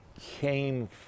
came